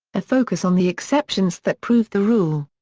a focus on the exceptions that prove the rule.